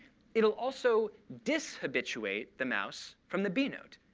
it'll also dishabituate the mouse from the b note.